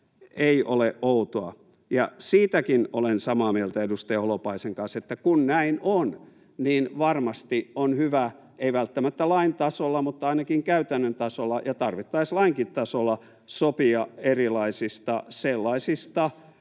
ei ole outoa. Siitäkin olen samaa mieltä edustaja Holopaisen kanssa, että kun näin on, niin varmasti on hyvä — ei välttämättä lain tasolla mutta ainakin käytännön tasolla ja tarvittaessa lainkin tasolla — sopia erilaisista sellaisista